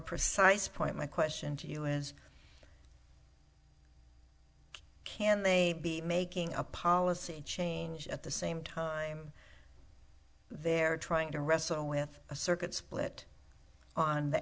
precise point my question to you is can they be making a policy change at the same time they're trying to wrestle with a circuit split on the